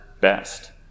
best